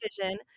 vision